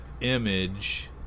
image